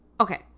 okay